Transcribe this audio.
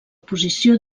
posició